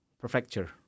prefecture